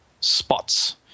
spots